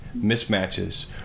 mismatches